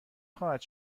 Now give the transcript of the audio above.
خواهد